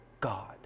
God